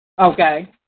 Okay